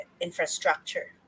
infrastructure